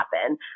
happen